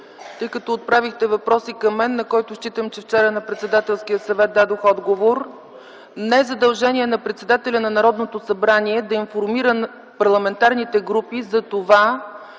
Тъй като отправихте въпрос към мен, на който считам, че вчера на Председателския съвет дадох отговор, не е задължение на председателя на Народното събрание да информира парламентарните групи кога